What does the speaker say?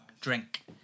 drink